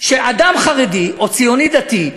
לאדם חרדי או ציוני דתי,